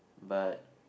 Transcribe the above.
but